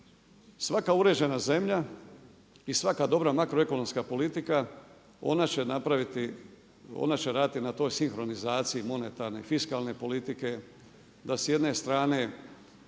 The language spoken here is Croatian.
svaka uređena zemlja i svaka dobra makroekonomska politika ona će napraviti, ona će raditi na toj sinhronizaciji monetarne i fiskalne politike, da s jedne strane